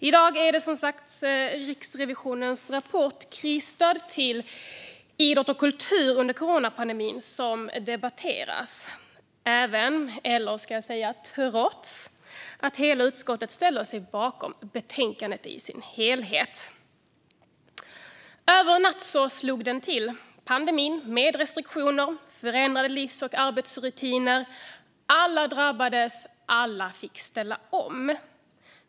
I dag är det Riksrevisionens rapport om statens krisstöd till idrott och kultur under coronapandemin som debatteras, även om - eller ska jag säga trots att - hela utskottet ställer sig bakom betänkandet i dess helhet. Över en natt slog pandemin till, med restriktioner och förändrade livs och arbetsrutiner. Alla drabbades. Alla fick ställa om.